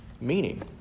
Meaning